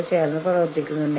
വീട് കൂലി പണം